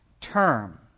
term